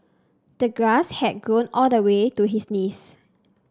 the grass had grown all the way to his knees